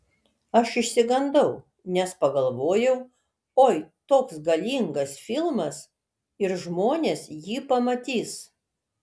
aš išsigandau nes pagalvojau oi toks galingas filmas ir žmonės jį pamatys